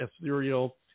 ethereal